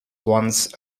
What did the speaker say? once